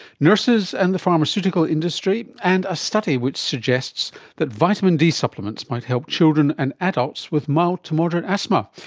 nurses and the pharmaceutical industry. and a study which suggests that vitamin d supplements might help children and adults with mild to moderate asthma.